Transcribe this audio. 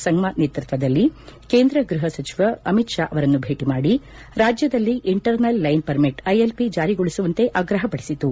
ಸಂಗ್ನ ನೇತೃತ್ವದಲ್ಲಿ ಕೇಂದ್ರ ಗೃಹ ಸಚಿವ ಅಮಿತ್ ಷಾ ಅವರನ್ನು ಭೇಟ ಮಾಡಿ ರಾಜ್ಯದಲ್ಲಿ ಇಂಟರ್ನಲ್ ಲ್ಯೆನ್ ಪರ್ಮಿಟ್ ಐಎಲ್ಒ ಜಾರಿಗೊಳಿಸುವಂತೆ ಆಗ್ರಹ ಪಡಿಸಿತು